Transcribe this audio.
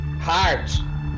Heart